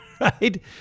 Right